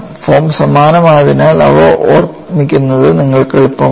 form സമാനമായതിനാൽ അവ ഓർമ്മിക്കുന്നത് നിങ്ങൾക്ക് എളുപ്പമാണ്